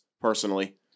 personally